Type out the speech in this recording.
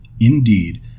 Indeed